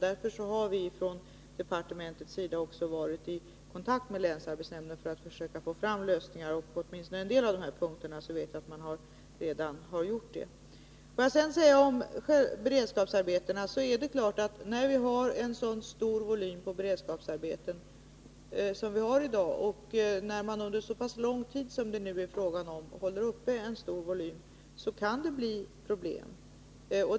Därför har vi från departementets sida varit i kontakt med länsarbetsnämnden för att försöka få fram lösningar. Åtminstone på en del av de här punkterna vet jag att man redan har fått fram lösningar. Beträffande beredskapsarbetena är det klart, att när vi har en så stor volym på beredskapsarbeten som vi har i dag, och när man under så pass lång tid som det nu är fråga om håller uppe en stor volym, kan det bli problem.